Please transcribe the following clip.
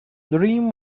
dream